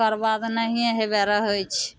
एकर बाद नहिए हेबै रहै छै